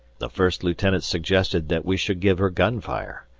the first lieutenant suggested that we should give her gunfire,